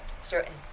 certain